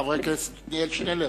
חבר הכנסת עתניאל שנלר.